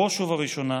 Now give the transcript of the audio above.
ובראש ובראשונה